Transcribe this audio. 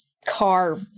car